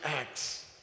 acts